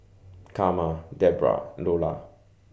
Karma Debbra Lolla